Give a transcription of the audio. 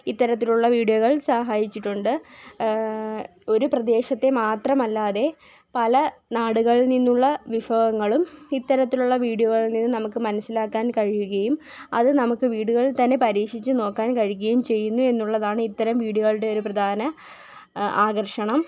ഇത്തരത്തിലുള്ള വിഡിയോകൾ സഹായിച്ചിട്ടുണ്ട് ഒരു പ്രദേശത്തെ മാത്രമല്ലാതെ പല നാടുകളിൽ നിന്നുള്ള വിഭവങ്ങളും ഇത്തരത്തിലുള്ള വീഡിയോകളിൽ നിന്ന് നമുക്ക് മനസിലാക്കാൻ കഴിയുകയും അത് നമുക്ക് വീടുകളിൽത്തന്നെ പരീക്ഷിച്ചുനോക്കാൻ കഴിയുകയും ചെയ്യുന്നു എന്നുള്ളതാണ് ഇത്തരം വിഡിയോകളുടെ ഒരു പ്രധാന ആകർഷണം